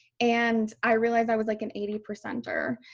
and i realized i was like an eighty percenter.